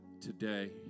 today